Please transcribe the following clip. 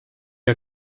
are